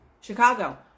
Chicago